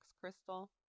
crystal